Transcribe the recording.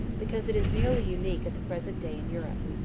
because it is nearly unique at the present day in europe.